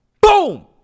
Boom